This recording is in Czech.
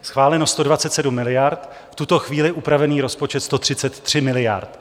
Schváleno 127 miliard, v tuto chvíli upravený rozpočet 133 miliard.